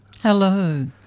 Hello